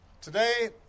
Today